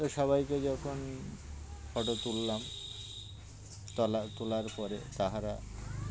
তো সবাইকে যখন ফটো তুললাম তলা তোলার পরে তাহারা